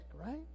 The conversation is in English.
right